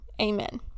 Amen